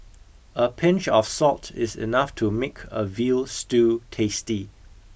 a pinch of salt is enough to make a veal stew tasty